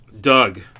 Doug